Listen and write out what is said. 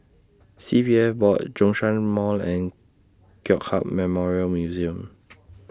C P F Board Zhongshan Mall and Kong Hiap Memorial Museum